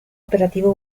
operativo